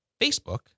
Facebook